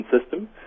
system